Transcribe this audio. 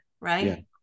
right